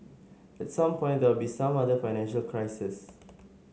at some point there will be some other financial crises